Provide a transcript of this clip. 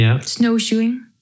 snowshoeing